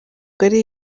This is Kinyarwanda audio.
ari